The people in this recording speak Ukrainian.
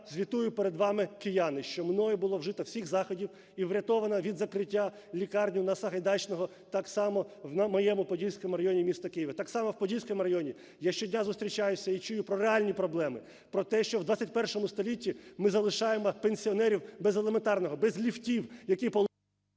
звітую перед вами, кияни, що мною було вжито всіх заходів і врятовано від закриття лікарню на Сагайдачного, так само в моєму Подільському районі міста Києва. Так само в Подільському районі я щодня зустрічаюся і чую про реальні проблеми, про те, що в ХХІ столітті ми залишаємо пенсіонерів без елементарного – без ліфтів, які… ГОЛОВУЮЧИЙ.